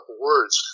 words